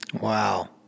Wow